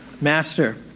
master